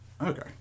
Okay